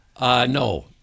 No